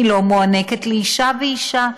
היא לא מוענקת לאישה ואישה,